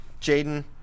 Jaden